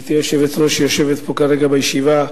גברתי היושבת-ראש יושבת פה כרגע בישיבה,